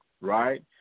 right